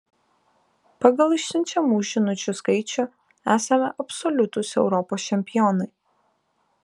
pagal išsiunčiamų žinučių skaičių esame absoliutūs europos čempionai